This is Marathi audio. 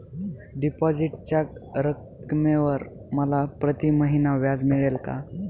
डिपॉझिटच्या रकमेवर मला प्रतिमहिना व्याज मिळेल का?